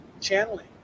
channeling